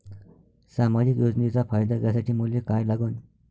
सामाजिक योजनेचा फायदा घ्यासाठी मले काय लागन?